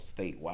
statewide